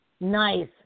Nice